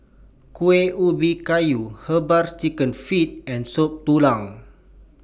Kuih Ubi Kayu Herbal Chicken Feet and Soup Tulang